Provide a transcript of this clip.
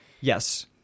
Yes